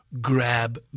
grab